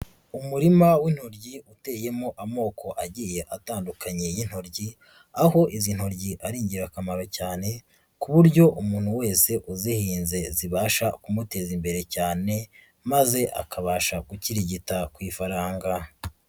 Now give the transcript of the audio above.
Umurima w'intoryi uteyemo amoko agiye atandukanye y'intoryi, aho izi ntoryi ari ingirakamaro cyane ku buryo umuntu wese uzihinze zibasha kumuteza imbere cyane, maze akabasha gukirigita ku ifaranga.